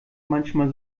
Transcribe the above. manchmal